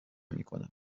میکنم